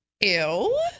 Ew